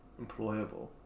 Employable